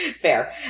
Fair